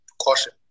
caution